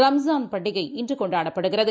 ரம்ஜான் பண்டிகை இன்றுகொண்டாடப்படுகிறது